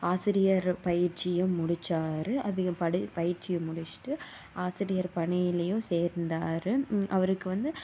ஆசிரியர் பயிற்சியும் முடிச்சார் அதுங்க ப பயிற்சியை முடிச்சிட்டு ஆசிரியர் பணியிலலையும் சேர்ந்தார் அவருக்கு வந்து